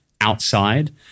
outside